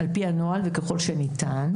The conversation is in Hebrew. על פי הנוהל וככל שניתן,